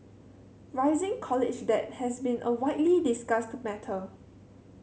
rising college debt has been a widely discussed matter